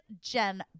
Jen